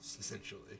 essentially